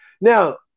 Now